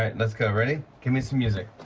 and let's go. ready? give me some music.